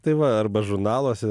tai va arba žurnaluose